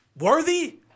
worthy